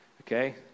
okay